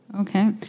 Okay